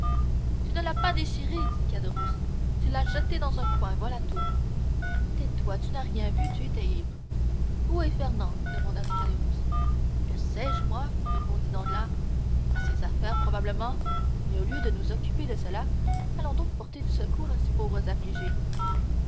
tu ne l'as pas déchiré dit caderousse tu l'as jeté dans un coin voilà tout tais-toi tu n'as rien vu tu étais ivre où est fernand demanda caderousse le sais-je moi répondit danglars à ses affaires probablement mais au lieu de nous occuper de cela allons donc porter du secours à ces pauvres affligés